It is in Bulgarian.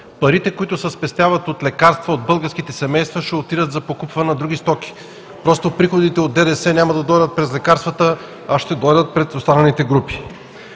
Парите, които се спестяват от лекарства от българските семейства, ще отидат за покупка на други стоки. Просто приходите от ДДС няма да дойдат през лекарствата, а ще дойдат през останалите групи.